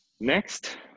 Next